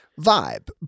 vibe